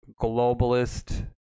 globalist